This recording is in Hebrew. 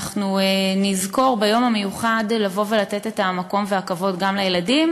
אנחנו נזכור ביום המיוחד לבוא ולתת את המקום והכבוד גם לילדים,